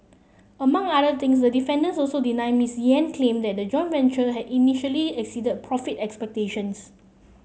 among other things the defendants also deny Miss Yen's claim that the joint venture had initially exceeded profit expectations